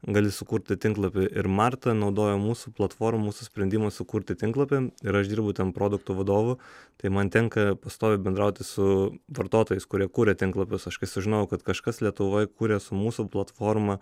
gali sukurti tinklapį ir marta naudoja mūsų platformą mūsų sprendimui sukurti tinklapį ir aš dirbu ten produktų vadovu tai man tenka pastoviai bendrauti su vartotojais kurie kuria tinklapius aš kai sužinojau kad kažkas lietuvoj kuria su mūsų platforma